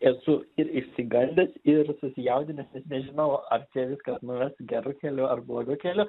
esu ir išsigandęs ir susijaudinęs ir nežinau ar čia viskas nuves geru keliu ar blogu keliu